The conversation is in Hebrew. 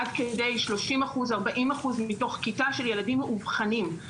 עד כדי 40-30% מתוך כיתה של ילדים מאובחנים,